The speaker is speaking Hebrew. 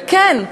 וכן,